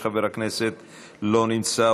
חבר הכנסת עיסאווי פריג' לא נמצא,